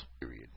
Period